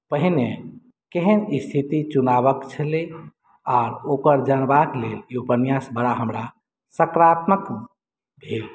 पहिने केहन स्थिति चुनावक छलै आ ओकर जनबाक लेल ई उपन्यास बड़ा हमरा सकारात्मक भेल